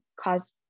cause